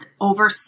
over